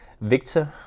Victor